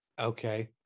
Okay